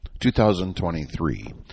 2023